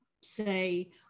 say